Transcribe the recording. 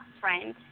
friend